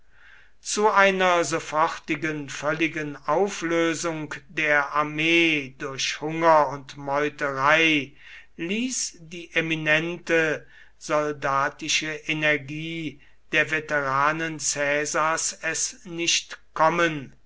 zu einer sofortigen völligen auflösung der armee durch hunger und meuterei ließ die eminente soldatische energie der veteranen caesars es nicht kommen